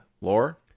Lore